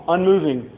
Unmoving